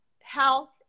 health